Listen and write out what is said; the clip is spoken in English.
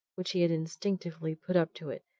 which he had instinctively put up to it,